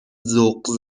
ذوق